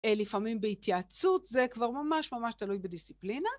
לפעמים בהתייעצות, זה כבר ממש ממש תלוי בדיסציפלינה.